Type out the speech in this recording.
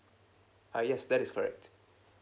ah yes that is correct